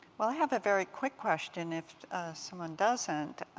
well, i have a very quick question, if someone doesn't.